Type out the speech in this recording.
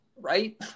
right